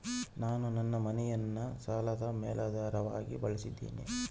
ನಾನು ನನ್ನ ಮನೆಯನ್ನ ಸಾಲದ ಮೇಲಾಧಾರವಾಗಿ ಬಳಸಿದ್ದಿನಿ